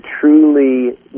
truly